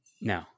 No